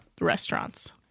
restaurants